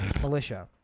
militia